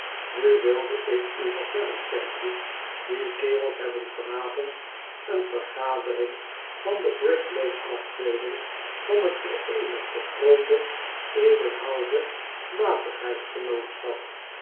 nu wilde ik u vertellen sampje die kerels hebben vanavond een vergadering van de bricklane afdeeling van het vereenigde groote ebenhaezer's